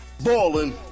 Ballin